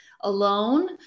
alone